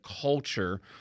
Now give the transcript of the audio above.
culture